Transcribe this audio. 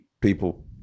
people